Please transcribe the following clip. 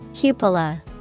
Cupola